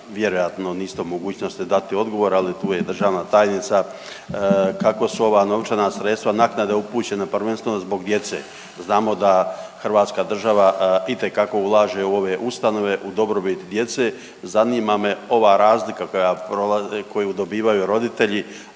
vjerojatno niste u mogućnosti dati odgovor, ali tu je državna tajnica, kako su ova novčana sredstva naknade upućena prvenstveno zbog djece, znamo da hrvatska država itekako ulaže u ove ustanove u dobrobit djece, zanima me ova razlika koju dobivaju roditelji,